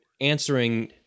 answering